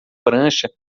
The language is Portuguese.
prancha